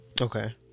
Okay